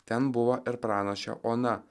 ten buvo ir pranašė ona